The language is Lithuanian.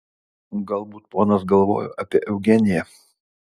galbūt ponas galvojo apie eugeniją